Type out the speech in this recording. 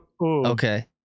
Okay